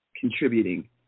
contributing